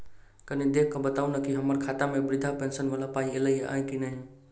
कनि देख कऽ बताऊ न की हम्मर खाता मे वृद्धा पेंशन वला पाई ऐलई आ की नहि?